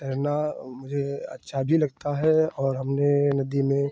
तैरना मुझे अच्छा भी लगता है और हमने नदी में